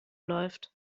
läuft